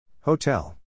Hotel